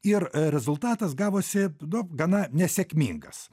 ir rezultatas gavosi nu gana nesėkmingas